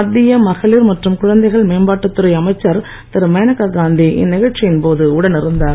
மத்திய மகளிர் மற்றும் குழந்தைகள் மேம்பாட்டுத் துறை அமைச்சர் திரு மேனகாகாந்தி இந்நிகழ்ச்சியின்போது உடனிருந்தார்